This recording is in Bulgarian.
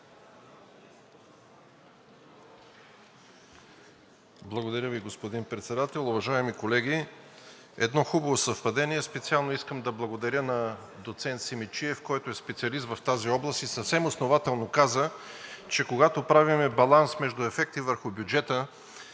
Благодаря Ви, господин Председател. Уважаеми колеги, едно хубаво съвпадение – специално искам да благодаря на доцент Симидчиев, който е специалист в тази област и съвсем основателно каза, че когато правим баланс между ефекти върху бюджета